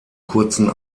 kurzen